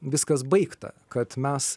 viskas baigta kad mes